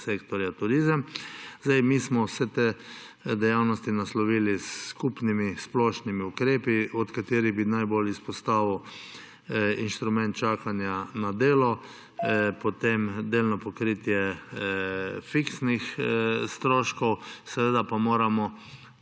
sektorja turizem. Mi smo vse te dejavnosti naslovili s skupnimi, splošnimi ukrepi, od katerih bi najbolj izpostavil inštrument čakanja na delo, potem delno pokritje fiksnih stroškov. Seveda pa moramo